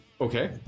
Okay